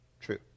true